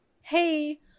hey